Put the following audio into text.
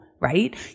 right